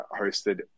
hosted